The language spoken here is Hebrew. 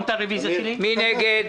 מי נגד?